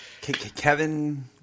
kevin